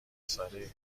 سادهای